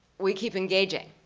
we keep engaging.